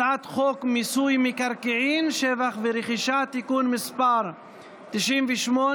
הצעת חוק מיסוי מקרקעין (שבח ורכישה) (תיקון מס' 98),